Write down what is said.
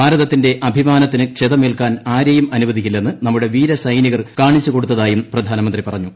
ഭാരതത്തിന്റെ അഭിമാനത്തിന് ക്ഷതമേൽക്കാൻ ആരേയും അനുവദിക്കില്ലെന്ന് നമ്മുടെ വീരസൈനികർ കാണിച്ചുകൊടുത്തതായും പ്രധാനമന്ത്രി പറഞ്ഞു